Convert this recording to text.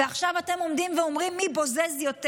ועכשיו אתם עומדים ואומרים מי בוזז יותר?